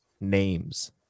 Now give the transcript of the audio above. names